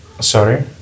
sorry